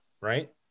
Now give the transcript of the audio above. right